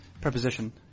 preposition